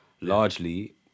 largely